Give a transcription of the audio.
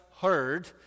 heard